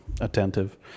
attentive